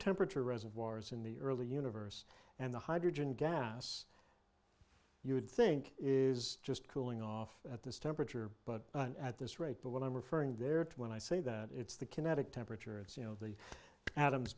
temperature reservoirs in the early universe and the hydrogen gas you would think is just cooling off at this temperature but at this rate but what i'm referring there to when i say that it's the kinetic temperature it's you know the a